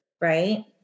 right